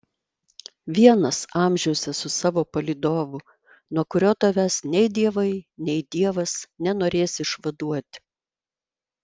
vienas amžiuose su savo palydovu nuo kurio tavęs nei dievai nei dievas nenorės išvaduoti